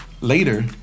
later